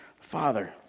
Father